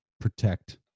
protect